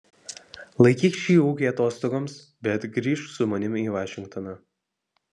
laikyk šį ūkį atostogoms bet grįžk su manimi į vašingtoną